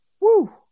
Woo